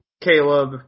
Caleb